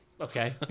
Okay